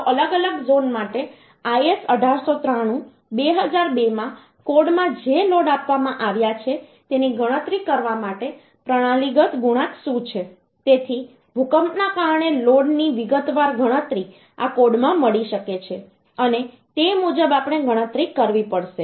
તો અલગ અલગ ઝોન માટે IS1893 2002 માં કોડમાં જે લોડ આપવામાં આવ્યો છે તેની ગણતરી કરવા માટે પ્રણાલીગત ગુણાંક શું છે તેથી ભૂકંપના કારણે લોડની વિગતવાર ગણતરી આ કોડમાં મળી શકે છે અને તે મુજબ આપણે ગણતરી કરવી પડશે